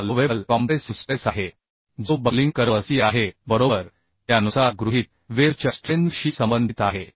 हा allowable compressive stress आहे जो बक्लिंग कर्व सी आहे बरोबर त्यानुसार गृहीत वेव्ह च्या स्ट्रेंथ शी संबंधित आहे